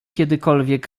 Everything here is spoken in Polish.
kiedykolwiek